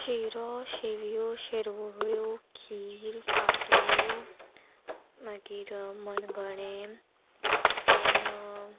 शिरो शेवयो शिरवळ्यो खीर पातोळ्यो मागीर मणगणें देन